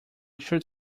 should